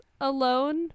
alone